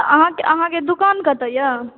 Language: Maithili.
अहाँके अहाँके दुकान कतऽ यऽ